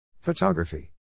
Photography